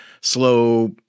slow